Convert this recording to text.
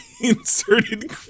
inserted